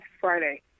Friday